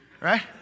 Right